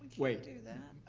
wait.